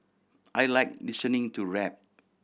I like listening to rap